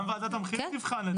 גם וועדת המחירים תבחן את זה.